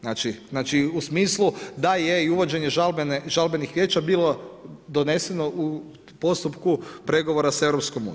Znači u smislu da je i uvođenje žalbenih vijeća bilo doneseno u postupku pregovora sa EU.